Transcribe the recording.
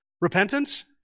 Repentance